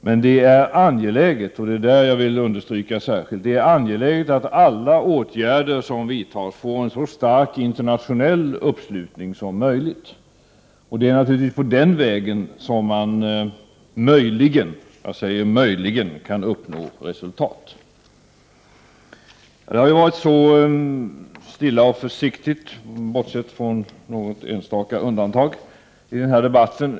Men det är angeläget, det vill jag understryka särskilt, att alla åtgärder som vidtas får en så stark internationell uppslutning som möjligt. Det är naturligtvis på den vägen som man möjligen, jag säger möjligen, kan uppnå resultat. Det har varit så stilla och försiktigt, bortsett från något enstaka undantag, i den här debatten.